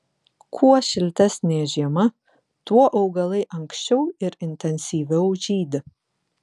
kuo šiltesnė žiema tuo augalai anksčiau ir intensyviau žydi